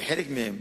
חלק מהן,